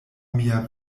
mia